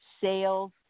sales